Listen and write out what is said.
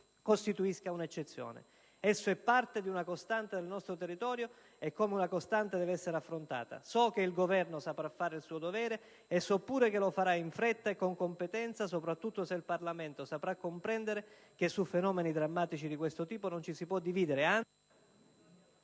costituisca un'eccezione. Esso è parte di una costante del nostro territorio e come una costante deve essere affrontato. So che il Governo saprà fare il suo dovere e so pure che lo farà in fretta e con competenza, soprattutto se il Parlamento saprà comprendere che, su fenomeni drammatici di questo tipo, non ci si può dividere,